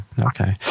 Okay